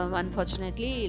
unfortunately